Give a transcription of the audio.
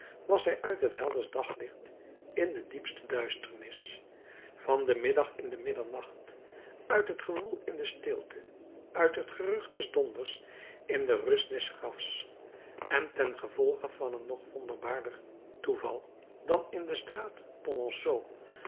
was hij uit het helderst daglicht in de diepste duisternis van den middag in middernacht uit het gewoel in de stilte uit het gerucht des donders in de rust des grafs en ten gevolge van een nog wonderbaarder toeval dan in de straat polonceau